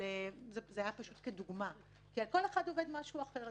זה היה פשוט כדוגמה כי על כל אחד עובד משהו אחר.